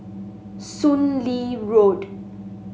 Soon Lee Road